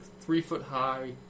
three-foot-high